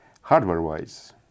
hardware-wise